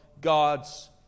God's